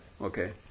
okay